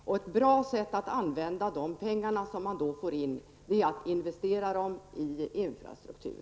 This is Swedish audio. Och ett bra sätt att använda de pengar som man då får in är att investera dem i infrastruktur.